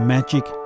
Magic